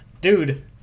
Dude